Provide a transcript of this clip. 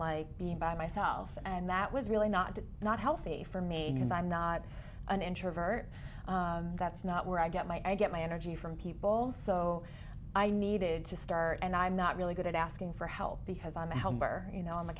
like being by myself and that was really not to not healthy for me because i'm not an introvert that's not where i get my i get my energy from people all so i needed to start and i'm not really good at asking for help because i'm a helper you know i'm a